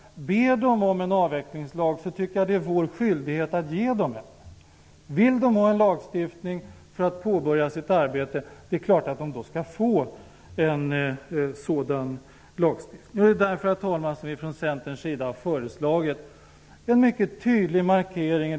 Om de ber om en avvecklingslag tycker jag att det är vår skyldighet att ge dem en. Om de vill ha en lagstiftning för att påbörja sitt arbete är det klart att de skall få en sådan lagstiftning. Det är därför, herr talman, som vi från Centerns sida har föreslagit en mycket tydlig markering.